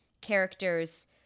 characters